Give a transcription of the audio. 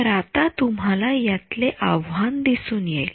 तर आता तुम्हाला यातले आव्हान दिसून येईल